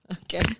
Okay